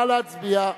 נא להצביע.